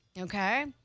Okay